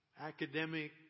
academic